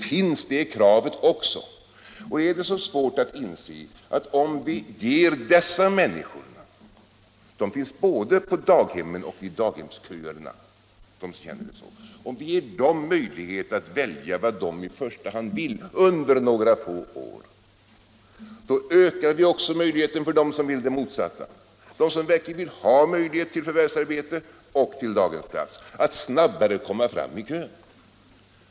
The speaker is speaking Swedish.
Är det så svårt att inse att om vi ger dessa människor — de som känner så finns både på daghemmen och i daghemsköerna — möjlighet att välja vad de i första hand vill under några få år, ökar vi också möjligheten för dem som vill det motsatta, de som verkligen vill ha möjlighet till förvärvsarbete och till daghemsplats, att snabbare komma fram i kön.